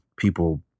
people